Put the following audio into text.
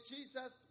Jesus